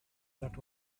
that